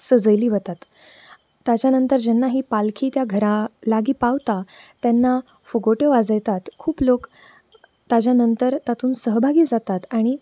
सजयली वतात ताच्या नंतर जेन्ना ही पालखी त्या घरा लागीं पावता तेन्ना फुगोट्यो वाजयतात खूब लोक ताच्या नंतर तातूंत सहभागी जातात आनी